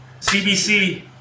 CBC